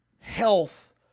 health